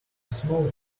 small